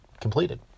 completed